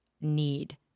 need